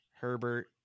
Herbert